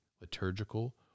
liturgical